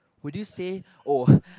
would you say oh